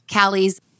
Callie's